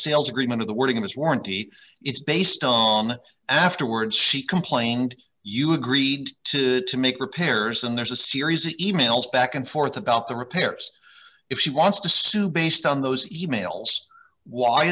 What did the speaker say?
sales agreement of the wording of his warranty it's based on afterwards she complained you agreed to make repairs and there's a series emails back and forth about the repairs if she wants to sue based on those emails why